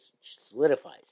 solidifies